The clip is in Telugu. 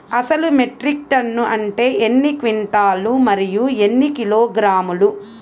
అసలు మెట్రిక్ టన్ను అంటే ఎన్ని క్వింటాలు మరియు ఎన్ని కిలోగ్రాములు?